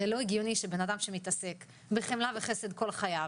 הרי לא הגיוני שבן אדם שמתעסק בחמלה וחסד כל חייו,